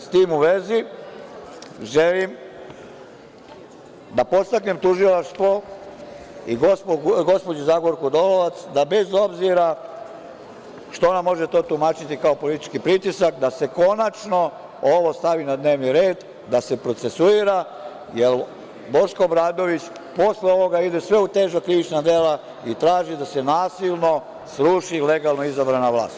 S tim u vezi, želim da podstaknem tužilaštvo i gospođu Zagorku Dolovac da bez obzira što ona to može tumačiti kao politički pritisak, da se konačno ovo stavi na dnevni red, da se procesuira, jer Boško Obradović posle ovoga ide sve u teža krivična dela i traži da se nasilno sruši legalno izabrana vlast.